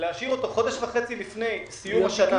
להשאיר אותו חודש וחצי לפני סיום השנה